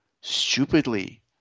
stupidly